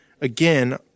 again